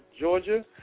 Georgia